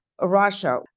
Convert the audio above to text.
Russia